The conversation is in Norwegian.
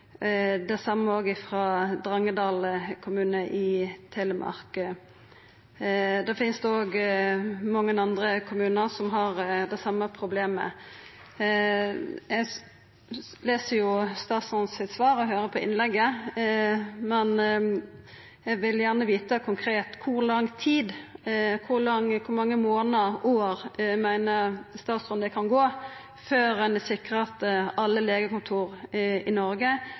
det same også frå Drangedal kommune i Telemark. Det finst òg mange andre kommunar som har det same problemet. Eg les svaret frå statsråden og høyrer på innlegget, men eg vil gjerne vita konkret kor lang tid – kor mange månader, år – statsråden meiner det kan gå før ein er sikra at alle legekontor i Noreg